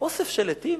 אוסף של עטים?